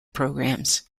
programs